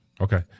Okay